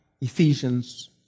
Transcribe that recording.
Ephesians